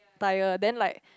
tyre then like